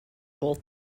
both